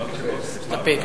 מסתפק.